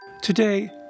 Today